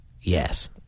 Yes